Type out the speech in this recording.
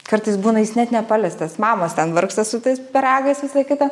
kartais būna jis net nepaliestas mamos ten vargsta su tais pyragais visa kita